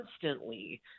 constantly